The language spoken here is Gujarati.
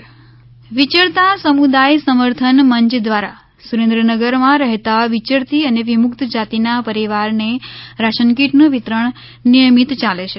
રાશન કીટ સુરેન્દ્રનગર વિચરતા સમુદાય સમર્થન મંચ દ્વારા સુરેન્દ્રનગરમા રહેતા વિચરતી અને વિમુક્ત જાતિના પરિવારને રાશન કીટનું વિતરણ નિયમિત ચાલે છે